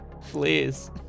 Please